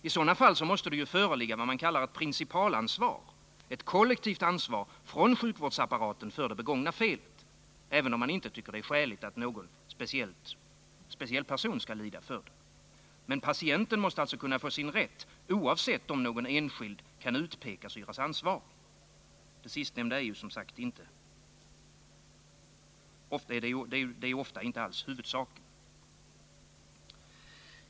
I sådana fall måste det föreligga vad man kallar ett principalansvar, ett kollektivt ansvar från sjukvårdsapparaten för det begångna felet, även om man inte tycker att det är skäligt att någon speciell person skall lida för det. Men patienten måste alltså kunna få sin rätt, oavsett om någon enskild kan utpekas och göras ansvarig. Det sistnämnda är ju ofta inte alls huvudsaken.